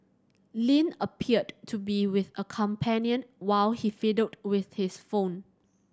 Lin appeared to be with a companion while he fiddled with his phone